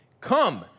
Come